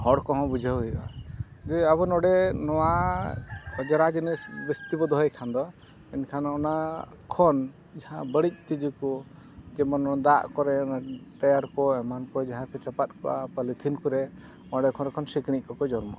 ᱦᱚᱲ ᱠᱚᱦᱚᱸ ᱵᱩᱡᱷᱟᱹᱣ ᱦᱩᱭᱩᱜᱼᱟ ᱡᱮ ᱟᱵᱚ ᱱᱚᱰᱮ ᱱᱚᱣᱟ ᱚᱡᱽᱨᱟ ᱡᱤᱱᱤᱥ ᱵᱤᱥᱛᱤ ᱵᱚᱱ ᱫᱚᱦᱚᱭ ᱠᱷᱟᱱ ᱫᱚ ᱢᱮᱱᱠᱷᱟᱱ ᱚᱱᱟ ᱠᱷᱚᱱ ᱡᱟᱦᱟ ᱵᱟᱹᱲᱤᱡ ᱛᱤᱸᱡᱩ ᱠᱚ ᱡᱮᱢᱚᱱ ᱫᱟᱜ ᱠᱚᱨᱮ ᱴᱟᱭᱟᱨ ᱠᱚ ᱮᱢᱟᱱ ᱠᱚ ᱡᱟᱦᱟᱸ ᱠᱚ ᱪᱟᱯᱟᱫ ᱠᱚᱜᱼᱟ ᱯᱚᱞᱤᱛᱷᱤᱱ ᱠᱚᱨᱮᱜ ᱚᱸᱰᱮ ᱠᱷᱚᱱ ᱥᱤᱠᱬᱤᱡ ᱠᱚᱠᱚ ᱡᱚᱱᱢᱚᱜᱼᱟ